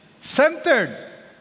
Centered